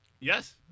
Yes